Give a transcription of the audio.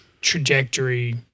trajectory